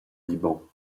liban